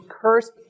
cursed